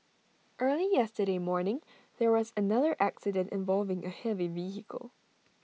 early yesterday morning there was another accident involving A heavy vehicle